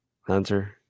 Hunter